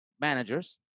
managers